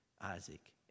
Isaac